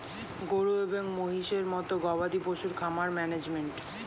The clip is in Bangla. গরু এবং মহিষের মতো গবাদি পশুর খামার ম্যানেজমেন্ট